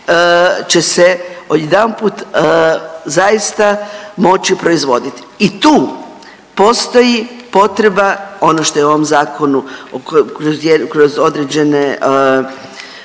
će se odjedanput zaista moći proizvoditi. I tu postoji potreba ono što je u ovom zakonu kroz određene